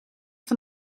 van